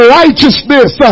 righteousness